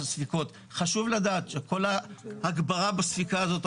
חשוב לדעת שכול ההגברה בסיכה הזאת,